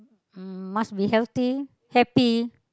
um must be healthy happy